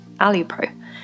Alupro